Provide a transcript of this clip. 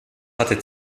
hatte